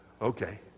okay